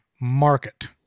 market